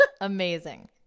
Amazing